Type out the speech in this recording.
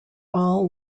all